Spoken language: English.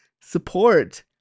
support